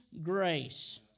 grace